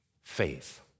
Faith